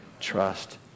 trust